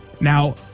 Now